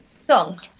song